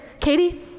Katie